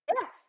Yes